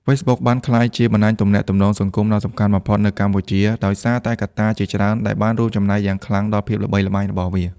Facebook បានក្លាយជាបណ្តាញទំនាក់ទំនងសង្គមដ៏សំខាន់បំផុតនៅកម្ពុជា ដោយសារតែកត្តាជាច្រើនដែលបានរួមចំណែកយ៉ាងខ្លាំងដល់ភាពល្បីល្បាញរបស់វា។